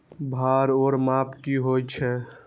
भार ओर माप की होय छै?